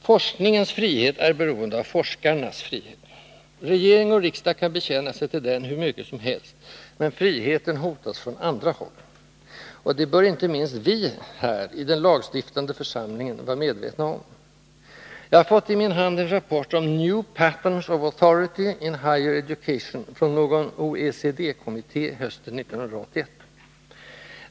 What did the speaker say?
Forskningens frihet är beroende av forskarnas frihet. Regering och riksdag kan bekänna sig till denna hur mycket som helst, men friheten hotas från andra håll, och det bör inte minst vi här, i den lagstiftande församlingen, vara medvetna om. Jag har fått i min hand en rapport om ”New Patterns of Authority in Higher Education”, från någon OECD-kommitté hösten 1981.